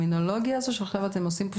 הטרמינולוגיה הזאת שעכשיו אתם עושים בה